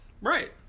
Right